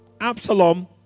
Absalom